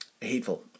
hateful